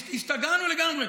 השתגענו לגמרי.